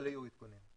אבל יהיו עדכונים.